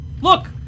Look